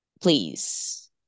please